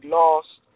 lost